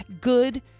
good